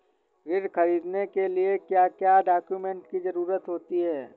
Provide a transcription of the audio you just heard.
ऋण ख़रीदने के लिए क्या क्या डॉक्यूमेंट की ज़रुरत होती है?